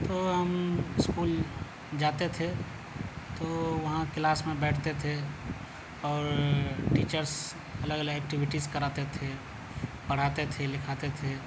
تو ہم اسکول جاتے تھے تو وہاں کلاس میں بیٹھتے تھے اور ٹیچرس الگ الگ ایکٹیویٹیز کراتے تھے پڑھاتے تھے لکھاتے تھے